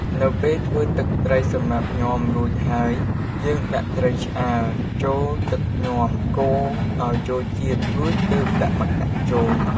នៅពេលធ្វើទឹកត្រីសម្រាប់ញាំរួចហើយយើងដាក់ត្រីឆ្អើរចូលទឹកញាំកូរឱ្យចូលជាតិ រួចទើបដាក់ម្កាក់ចូល។